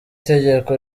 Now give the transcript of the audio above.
tegeko